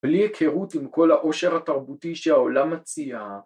בלי היכרות עם כל האושר התרבותי שהעולם מציע